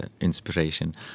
inspiration